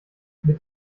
mit